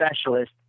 Specialist